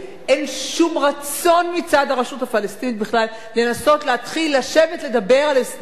אין שום רצון מצד הרשות הפלסטינית בכלל לנסות להתחיל לשבת לדבר על הסדר,